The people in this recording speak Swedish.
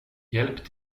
hjälp